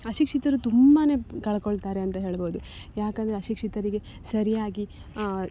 ಅಶಿಕ್ಷಿತರು ತುಂಬ ಕಳಕೊಳ್ತಾರೆ ಅಂತ ಹೇಳ್ಬೋದು ಯಾಕೆಂದ್ರೆ ಅಶಿಕ್ಷಿತರಿಗೆ ಸರಿಯಾಗಿ